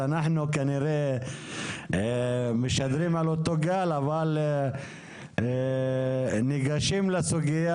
אנחנו כנראה משדרים על אותו גל אבל ניגשים לסוגיה,